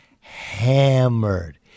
hammered